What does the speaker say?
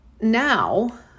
now